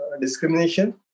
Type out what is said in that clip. discrimination